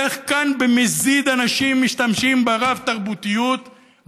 איך כאן במזיד אנשים משתמשים ברב-תרבותיות,